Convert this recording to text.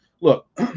look